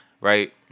right